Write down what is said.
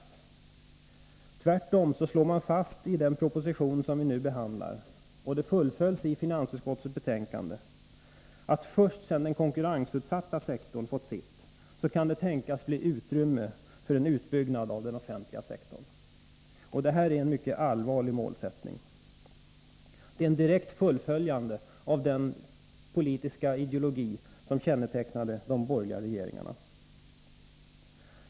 Tvärtom slår man fast i den proposition som vi nu behandlar, och det fullföljs i finansutskottets betänkande, att först sedan den ”konkurrensutsatta sektorn” fått sitt kan det tänkas bli utrymme för en utbyggnad av den offentliga sektorn. Det här är en mycket allvarlig målsättning. Det är ett direkt fullföljande av den politiska ideologi som kännetecknade de borgerliga regeringarna.